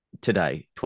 today